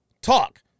talk